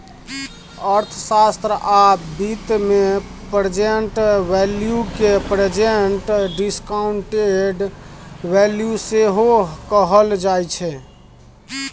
अर्थशास्त्र आ बित्त मे प्रेजेंट वैल्यू केँ प्रेजेंट डिसकांउटेड वैल्यू सेहो कहल जाइ छै